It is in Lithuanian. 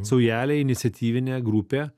saujelę iniciatyvinę grupę